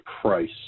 price